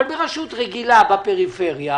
אבל ברשות רגילה בפריפריה,